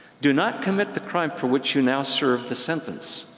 do not commit the crime for which you now serve the sentence.